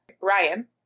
Ryan